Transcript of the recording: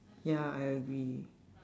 ya I agree